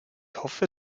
hoffe